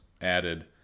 added